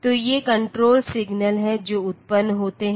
तो ये control signal हैं जो उत्पन्न होते हैं